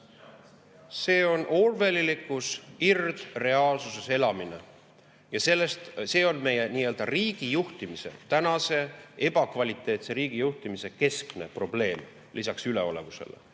See on orwellilikus irdreaalsuses elamine. Ja see on meie riigijuhtimise, tänase ebakvaliteetse riigijuhtimise keskne probleem, lisaks üleolevusele: